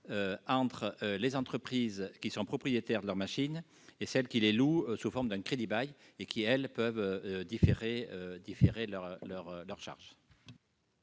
entre les entreprises propriétaires de leurs machines et celles qui les louent sous la forme d'un crédit-bail, ces dernières pouvant différer leurs charges.